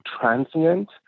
transient